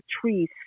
trees